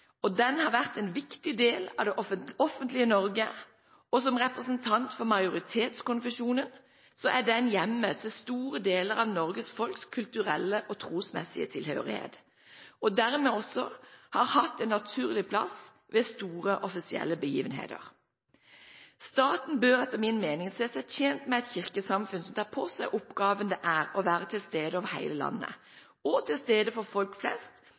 statskirke. Den har vært en viktig del av det offentlige Norge, og som representant for majoritetskonfesjonen er den hjemmet til store deler av Norges folks kulturelle og trosmessige tilhørighet og har dermed også hatt en naturlig plass ved store offisielle begivenheter. Staten bør etter min mening se seg tjent med et kirkesamfunn som tar på seg oppgaven det er å være til stede over hele landet, og til stede for folk flest